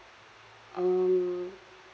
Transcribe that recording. um